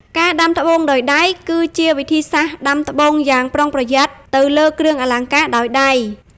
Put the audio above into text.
ការដាំត្បូងដោយដៃ គឺជាវិធីសាស្ត្រដាំត្បូងយ៉ាងប្រុងប្រយ័ត្នទៅលើគ្រឿងអលង្ការដោយដៃ។